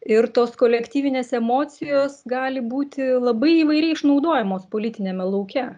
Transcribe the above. ir tos kolektyvinės emocijos gali būti labai įvairiai išnaudojamos politiniame lauke